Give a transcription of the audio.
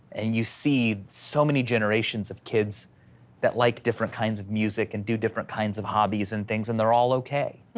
and you see so many generations of kids that like different kinds of music and do different kinds of hobbies and things and they're all okay.